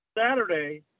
Saturday